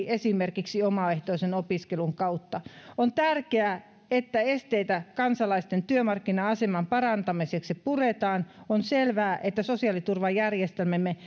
esimerkiksi omaehtoisen opiskelun kautta on tärkeää että esteitä kansalaisten työmarkkina aseman parantamiseksi puretaan on selvää että sosiaaliturvajärjestelmämme